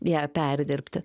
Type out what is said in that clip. ją perdirbt